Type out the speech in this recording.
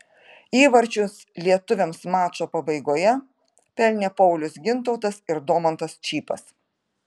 įvarčius lietuviams mačo pabaigoje pelnė paulius gintautas ir domantas čypas